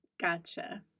Gotcha